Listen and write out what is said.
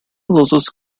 losses